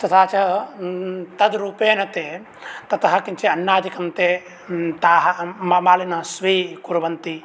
तथा च तद्रूपेण ते ततः किञ्चित् अन्नादिकं ते ताः मालिनः स्वीकुर्वन्ति